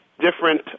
different